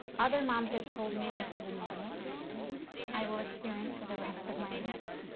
other moms have told me this is a normal feeling i will experience for the rest of my life.